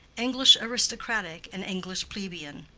english aristocratic and english plebeian.